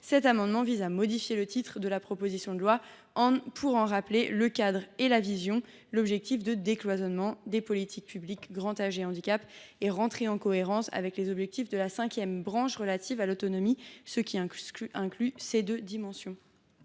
amendement vise à modifier le titre de la proposition de loi, pour en rappeler le cadre et la vision : l’objectif de décloisonnement des politiques publiques du grand âge et du handicap. Il s’agit d’assurer une cohérence avec les objectifs de la cinquième branche relative à l’autonomie qui inclut ces deux dimensions.